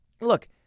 Look